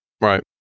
Right